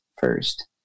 first